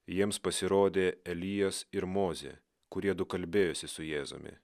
jiems pasirodė elijas ir mozė kuriedu kalbėjosi su jėzumi